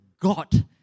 God